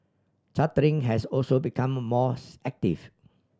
chartering has also become mores active